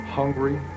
hungry